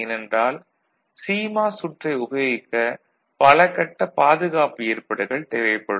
ஏனென்றால் சிமாஸ் சுற்றை உபயோகிக்க பல கட்ட பாதுகாப்பு ஏற்பாடுகள் தேவைப்படும்